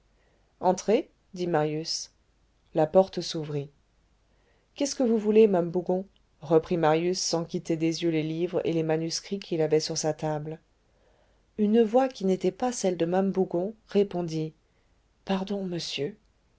entrez dit marius la porte s'ouvrit qu'est-ce que vous voulez mame bougon reprit marius sans quitter des yeux les livres et les manuscrits qu'il avait sur sa table une voix qui n'était pas celle de mame bougon répondit pardon monsieur